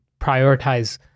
prioritize